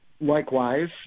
likewise